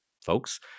folks